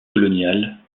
coloniale